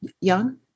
young